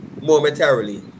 momentarily